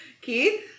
keith